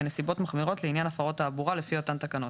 כנסיבות מחמירות לעניין הפרות תעבורה לפי אותן תקנות,